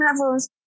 levels